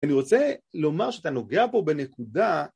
אני רוצה לומר שאתה נוגע פה בנקודה